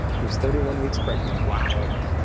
who is thirty one weeks pregnant. wow. and